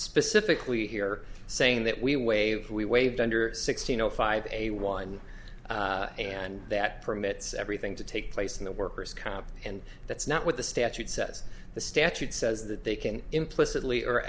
specifically here saying that we waive we waived under sixteen zero five a one and that permits everything to take place in the worker's comp and that's not what the statute says the statute says that they can implicitly or